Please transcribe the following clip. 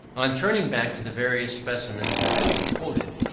on turning back to the various specimens that have been quoted,